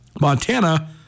Montana